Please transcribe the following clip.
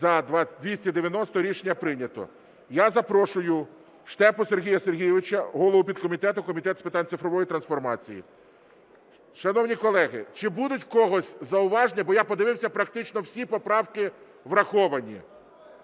За-290 Рішення прийнято. Я запрошую Штепу Сергія Сергійовича, голову підкомітету Комітету з питань цифрової трансформації. Шановні колеги, чи будуть у когось зауваження? Бо я подивився, практично всі поправки враховані.